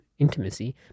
intimacy